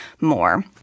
more